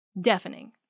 Deafening